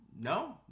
no